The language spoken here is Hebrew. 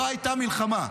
לא הייתה מלחמה.